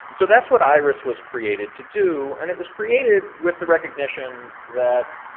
and so that's what iris was created to do and it was created with the recognition that